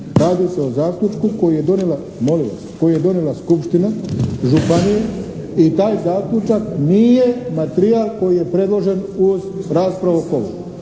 Radi se o zaključku koji je donijela skupština županije i taj zaključak nije materijal koji je predložen uz raspravu po